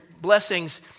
blessings